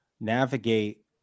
navigate